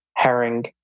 herring